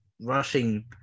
Rushing